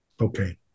Okay